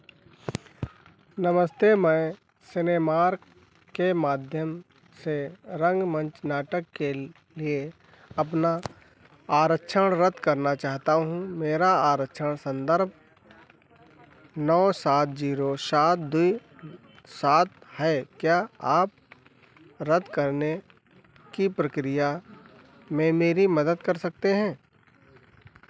नमस्ते मैं सिनेमार्क के माध्यम से रंगमंच नाटक के लिए अपना आरक्षण रद्द करना चाहता हूँ मेरा आरक्षण संदर्भ नौ सात जीरो सात दो सात है क्या आप रद्द करने की प्रक्रिया में मेरी मदद कर सकते हैं